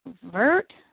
convert